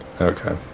Okay